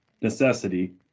necessity